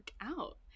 out